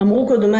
אמרו קודמיי,